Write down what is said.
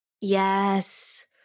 Yes